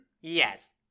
Yes